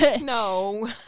no